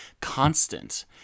constant